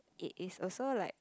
it is also like